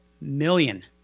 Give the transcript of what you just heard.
million